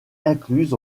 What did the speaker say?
incluses